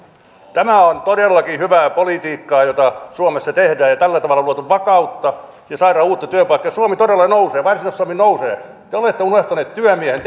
tämä on todellakin hyvää politiikkaa jota suomessa tehdään ja tällä tavalla on luotu vakautta ja saadaan uusia työpaikkoja ja suomi todella nousee varsinais suomi nousee te olette unohtanut työmiehen